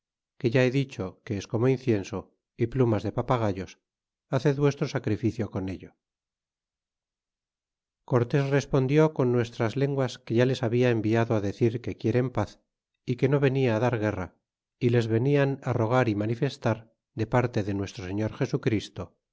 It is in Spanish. que ya he dicho que es como incienso y plumas de papagayos haced vuestro sacrificio con ello y cortés respondic con nuestras lenguas que ya les habla enviado decir que quieren paz y que no venia dar guerra y les venian rogar y manifestar de parte de nuestro señor jesu christo